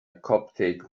coptic